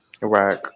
Right